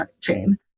chain